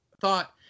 thought